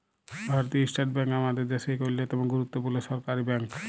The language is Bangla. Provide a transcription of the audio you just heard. ভারতীয় ইস্টেট ব্যাংক আমাদের দ্যাশের ইক অল্যতম গুরুত্তপুর্ল সরকারি ব্যাংক